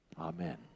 Amen